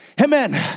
Amen